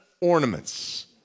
ornaments